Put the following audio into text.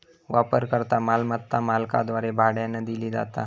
वापरकर्ता मालमत्ता मालकाद्वारे भाड्यानं दिली जाता